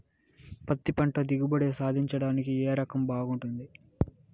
పత్తి పంట దిగుబడి సాధించడానికి ఏ రకం బాగుంటుంది?